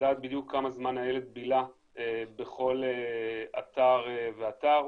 לדעת בדיוק כמה זמן הילד בילה בכל אתר ואתר,